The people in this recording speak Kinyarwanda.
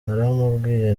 naramubwiye